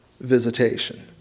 visitation